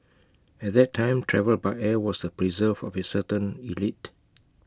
at that time travel by air was the preserve of A certain elite